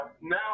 now